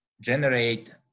generate